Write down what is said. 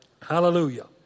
Hallelujah